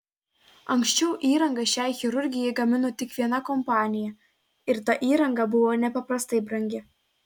anksčiau įrangą šiai chirurgijai gamino tik viena kompanija ir ta įranga buvo nepaprastai brangi